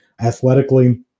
athletically